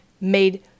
made